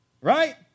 Right